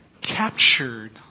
captured